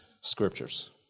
scriptures